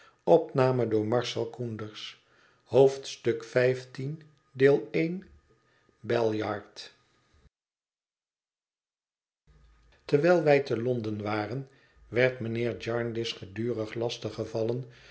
xv bell yard terwijl wij te londen waren werd mijnheer jarndyce gedurig lastig